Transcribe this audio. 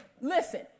listen